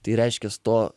tai reiškias to